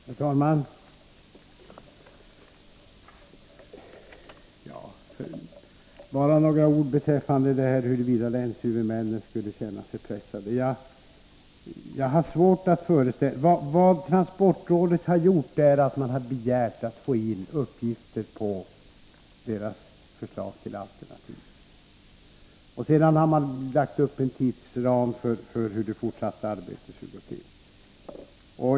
Herr talman! Bara några ord beträffande frågan huruvida länshuvudmännen skulle känna sig pressade. Vad transportrådet har gjort är att det begärt att få in uppgifter på länshuvudmännens förslag till alternativ. Sedan har man lagt upp en tidsram för det fortsatta arbetet.